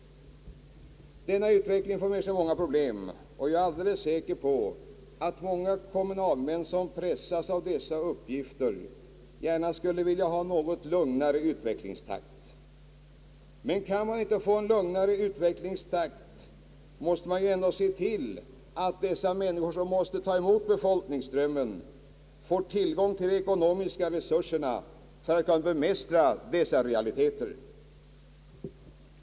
Utvecklingen medför dock många problem, och jag är alldeles säker på att många kommunalmän, som pressas av dessa uppgifter, gärna skulle vilja ha en något lugnare utvecklingstakt. Men kan man inte få en lugnare utvecklingstakt, måste man ändå se till att de kommuner som måste ta emot befolkningsströmmen får tillgång till de ekonomiska resurser som behövs för att bemästra dessa realiteter.